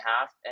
half